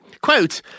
Quote